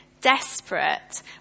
desperate